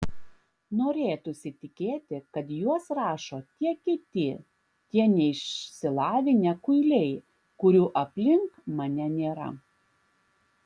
norėtųsi tikėti kad juos rašo tie kiti tie neišsilavinę kuiliai kurių aplink mane nėra